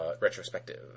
retrospective